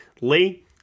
lee